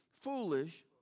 foolish